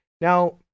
Now